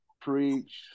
Preach